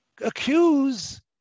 accuse